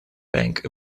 bank